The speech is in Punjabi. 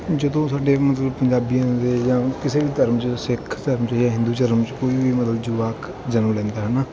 ਜਦੋਂ ਸਾਡੇ ਮਤਲਬ ਪੰਜਾਬੀਆਂ ਦੇ ਜਾਂ ਕਿਸੇ ਵੀ ਧਰਮ 'ਚ ਸਿੱਖ ਧਰਮ 'ਚ ਜਾਂ ਹਿੰਦੂ ਧਰਮ 'ਚ ਕੋਈ ਵੀ ਮਤਲਬ ਜਵਾਕ ਜਨਮ ਲੈਂਦਾ ਹੈ ਨਾ